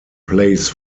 plays